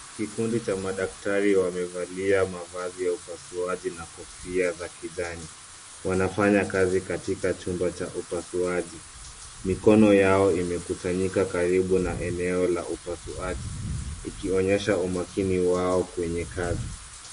Kikundi cha madaktari wamevalia mavazi ya upasuaji na kofia za kijani. Wanafanya kazi katika chumba cha upasuaji. Mikono yao imekusanyika karibu na eneo la upasuaji ikionyesha umakini wao kwenye kazi.